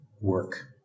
work